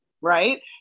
right